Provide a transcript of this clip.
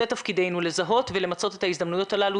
זה תפקידנו, לזהות ולמצות את ההזדמנויות הללו.